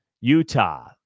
Utah